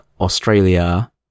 Australia